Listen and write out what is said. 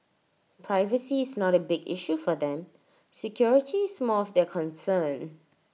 privacy is not A big issue for them security is more of their concern